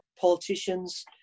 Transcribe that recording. politicians